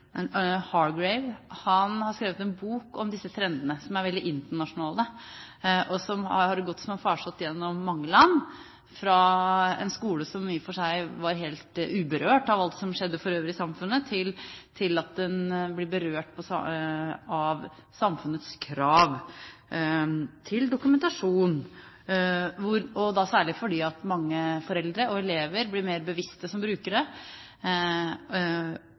Han har skrevet en bok om disse trendene, som er veldig internasjonale, og som har gått som en farsott gjennom mange land, fra en skole som i og for seg var helt uberørt av alt som skjedde for øvrig i samfunnet, til at den ble berørt av samfunnets krav til dokumentasjon, da særlig fordi mange foreldre og elever ble mer bevisste som brukere.